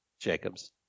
Jacobs